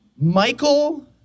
Michael